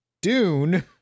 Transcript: Dune